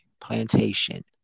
plantation